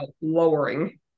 lowering